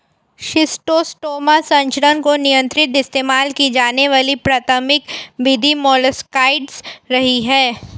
schistosoma संचरण को नियंत्रित इस्तेमाल की जाने वाली प्राथमिक विधि मोलस्कसाइड्स रही है